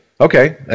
Okay